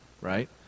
right